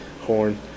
Horn